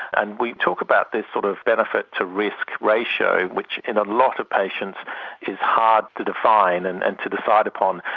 and we talk about this sort of benefit to risk ratio which in a lot of patients is hard to define and and to decide upon,